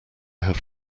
have